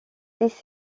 c’est